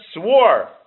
swore